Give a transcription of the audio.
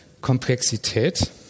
Komplexität